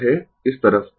यह है इस तरफ